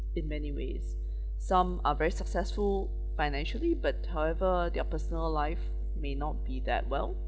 in many ways some are very successful financially but however their personal life may not be that well